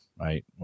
Right